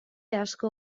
asko